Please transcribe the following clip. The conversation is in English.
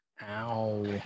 Ow